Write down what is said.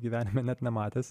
gyvenime net nematęs